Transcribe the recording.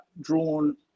drawn